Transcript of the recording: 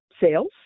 sales